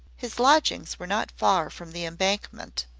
his lodgings were not far from the embankment,